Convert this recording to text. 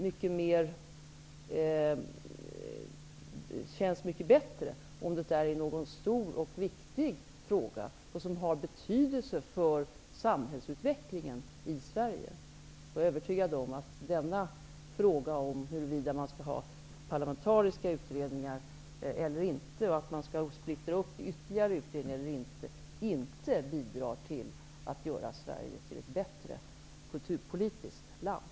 Men det känns mycket bättre om det är i någon stor och viktig fråga, som har betydelse för samhällsutvecklingen i Sverige. Jag är övertygad om att denna fråga, om huruvida man skall ha parlamentariska utredningar eller inte och om man skall splittra frågan på ytterligare utredningar eller inte, inte bidrar till att göra Sverige till ett kulturpolitiskt bättre land.